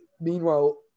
meanwhile